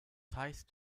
heißt